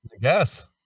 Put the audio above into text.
Yes